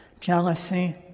Jealousy